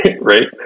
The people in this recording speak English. Right